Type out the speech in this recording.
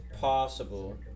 possible